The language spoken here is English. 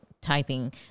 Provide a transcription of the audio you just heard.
typing